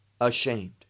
ashamed